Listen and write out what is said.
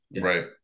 Right